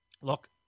Look